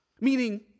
meaning